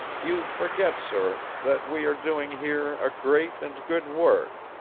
you forget, sir, that we are doing here a great and good work.